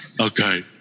Okay